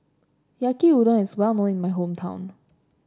Yaki Udon is well known in my hometown